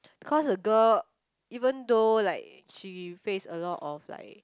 because the girl even though like she face a lot of like